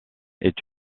est